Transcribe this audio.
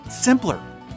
simpler